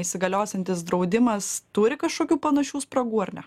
įsigaliosiantis draudimas turi kažkokių panašių spragų ar ne